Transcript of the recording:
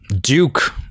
Duke